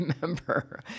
remember